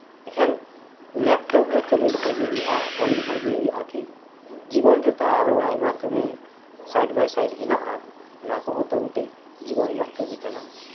ᱢᱮᱱᱠᱷᱟᱱ ᱞᱮᱯᱴᱚᱯ ᱨᱮ ᱠᱟᱹᱢᱤ ᱞᱮᱠᱷᱟᱱ ᱜᱮ ᱦᱩᱭᱩᱜᱼᱟ ᱚᱞ ᱞᱮᱠᱷᱟᱱᱜᱮ ᱦᱩᱭᱩᱜᱼᱟ ᱠᱤ ᱡᱤᱵᱚᱱ ᱨᱮᱛᱚ ᱟᱭᱢᱟ ᱠᱟᱹᱢᱤ ᱥᱟᱭᱤᱴ ᱵᱟᱭ ᱥᱟᱭᱤᱴ ᱦᱮᱱᱟᱜᱼᱟ ᱚᱱᱟ ᱠᱚ ᱦᱚᱸ ᱛᱚ ᱢᱤᱫᱴᱮᱡ ᱡᱤᱵᱚᱱ ᱨᱮᱭᱟᱜ ᱠᱟᱹᱢᱤ ᱠᱟᱱᱟ